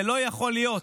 זה לא יכול להיות.